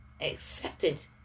accepted